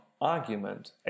argument